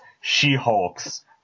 She-Hulks